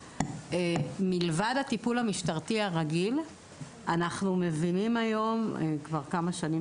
מלבד הטיפול המשטרתי הרגיל אנחנו מבינים כבר כמה שנים